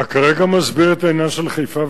כרגע אתה מסביר את העניין של חיפה.